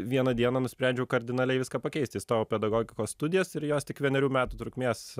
vieną dieną nusprendžiau kardinaliai viską pakeisti įstojau pedagogikos studijas ir jos tik vienerių metų trukmės